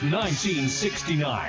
1969